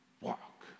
walk